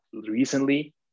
recently